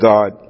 God